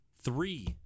three